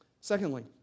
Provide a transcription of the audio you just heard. Secondly